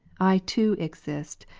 i too exist,